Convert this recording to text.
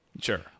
Sure